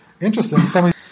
Interesting